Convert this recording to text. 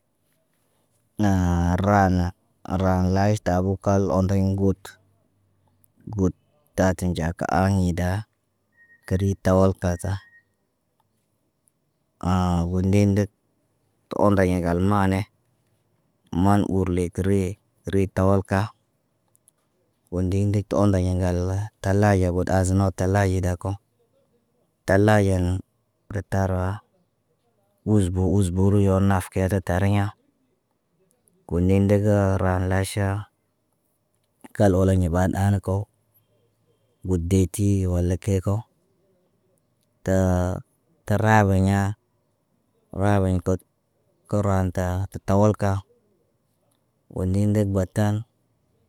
Naa raana, ara laʃtabu kal ondey gut. Gut ta ti nɟa ki aɲida. Kari tawalka sah. wo ndeendet, tə ondey ŋgal maane. Maan urle kə re, re tawalka. Woo ndedik tə ondeɲa ŋgal talaɟa got azənot talaɟa daako. Talaɟan, kə tara, uzbu uzbu riyor naf ge se tariɲa, ko ne ndegə ra laʃa, kal oloɲe baan aana kow. Got deeti wala keko təə tə raabaɲa raabaɲ kot kə raan ta tə tawal ka. Woo ne ndek batan.